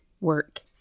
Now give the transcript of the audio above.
work